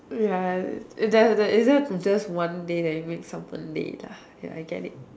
ya there there is there just one day that you made someone's day lah ya I get it